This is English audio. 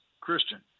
Christian